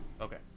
Okay